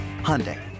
Hyundai